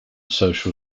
social